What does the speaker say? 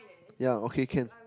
ya okay can